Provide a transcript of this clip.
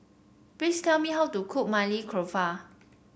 please tell me how to cook Maili Kofta